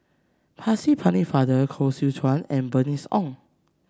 Percy Pennefather Koh Seow Chuan and Bernice Ong